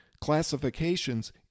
classifications